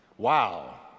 wow